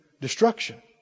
destruction